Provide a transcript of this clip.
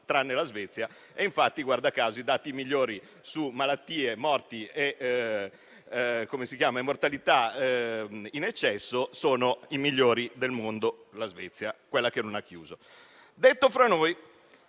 tranne la Svezia; e - guarda caso - i dati su malattie, morti e mortalità in eccesso sono i migliori del mondo in Svezia, quella che non ha chiuso. Detto fra noi,